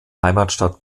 heimatstadt